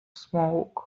smoke